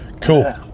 Cool